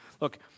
Look